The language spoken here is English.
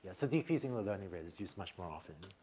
so decreasing the learning rate is used much more often.